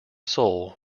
soul